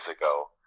ago